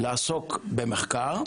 לעסוק במחקר.